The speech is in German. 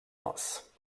aus